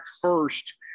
first